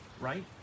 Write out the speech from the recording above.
Right